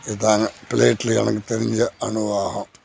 இதுதாங்க பிளைட்டில் எனக்கு தெரிஞ்ச அனுவாகம்